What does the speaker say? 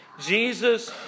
Jesus